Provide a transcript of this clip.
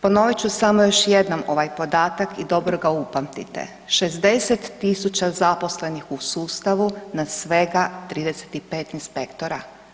Ponovit ću samo još jednom ovaj podatak i dobro ga upamtite, 60.000 zaposlenih u sustavu na svega 35 inspektora.